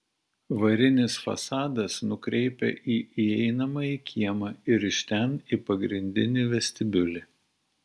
varinis fasadas nukreipia į įeinamąjį kiemą ir iš ten į pagrindinį vestibiulį